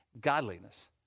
godliness